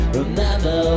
remember